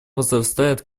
возрастает